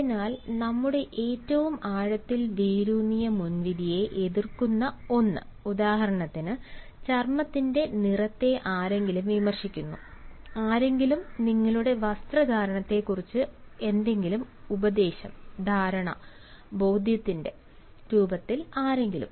അതിനാൽ നമ്മുടെ ഏറ്റവും ആഴത്തിൽ വേരൂന്നിയ മുൻവിധിയെ എതിർക്കുന്ന ഒന്ന് ഉദാഹരണത്തിന് ചർമ്മത്തിന്റെ നിറത്തെ ആരെങ്കിലും വിമർശിക്കുന്നു ആരെങ്കിലും നിങ്ങളുടെ വസ്ത്രധാരണത്തെക്കുറിച്ച് എന്തെങ്കിലും ഉപദേശം ധാരണ ബോധ്യത്തിന്റെ രൂപത്തിൽ ആണെങ്കിലും